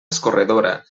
escorredora